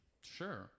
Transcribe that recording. Sure